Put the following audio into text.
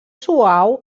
suau